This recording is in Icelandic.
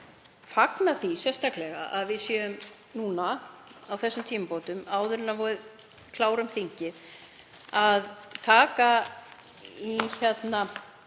fagna því sérstaklega að við séum núna á þessum tímamótum áður en við klárum þingið að taka þessi